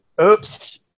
oops